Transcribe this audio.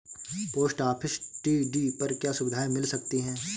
Post office TD पर क्या सुविधाएँ मिल सकती है?